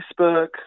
Facebook